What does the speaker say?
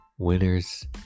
Winners